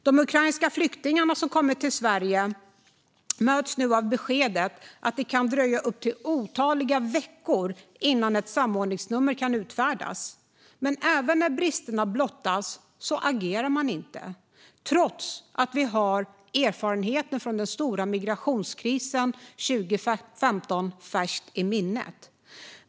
De ukrainska flyktingar som kommit till Sverige möts nu av beskedet att det kan dröja otaliga veckor innan ett samordningsnummer kan utfärdas. Men även när bristerna blottas agerar man inte, trots att vi har erfarenheterna från den stora migrationskrisen 2015 i färskt minne.